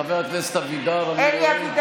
אינה נוכחת אבי ניסנקורן,